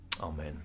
Amen